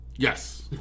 Yes